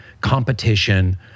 competition